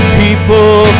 people